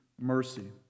mercy